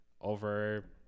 over